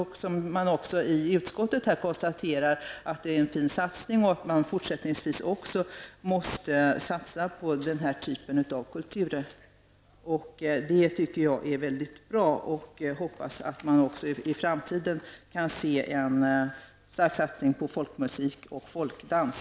Man konstaterar också i utskottet att det var en fin satsning och att man även fortsättningsvis måste satsa på detta slag av kultur. Jag tycker att det är väldigt bra, och jag hoppas att det även i framtiden kommer att ske en satsning på folkmusik och folkdans.